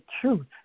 truth